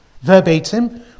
Verbatim